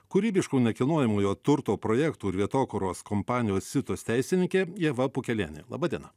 kūrybiškų nekilnojamojo turto projektų ir vietokūros kompanijos citus teisininkė ieva pukelienė laba diena